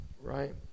right